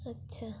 আচ্ছা